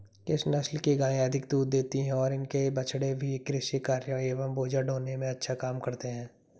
किस नस्ल की गायें अधिक दूध देती हैं और इनके बछड़े भी कृषि कार्यों एवं बोझा ढोने में अच्छा काम करते हैं?